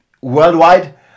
worldwide